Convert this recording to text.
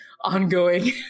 ongoing